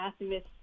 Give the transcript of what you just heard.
activists